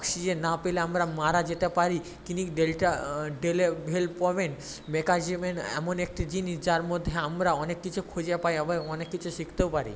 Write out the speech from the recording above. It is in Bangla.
অক্সিজেন না পেলে আমরা মারা যেতে পারি তিনি ডেল্টা ডেভেলপমেন্টস মেকানিজমের এমন একটি জিনিস যার মধ্যে আমরা অনেক কিছু খুঁজে পাই আবার অনেক কিছু শিখতেও পারি